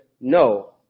no